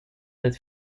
that